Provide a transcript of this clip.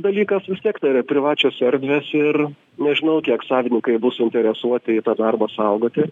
dalykas vis tiek tai yra privačios erdvės ir nežinau kiek savininkai bus suinteresuoti tą darbą saugoti